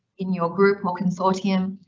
in your group or consortium,